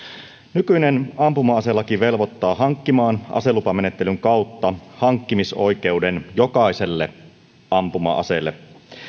nykyinen ampuma aselaki velvoittaa hankkimaan aselupamenettelyn kautta hankkimisoikeuden jokaiselle ampuma aseelle